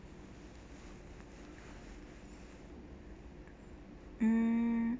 mm